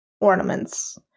ornaments